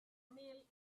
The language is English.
meal